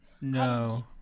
No